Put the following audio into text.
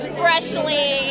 freshly